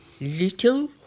Little